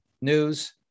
news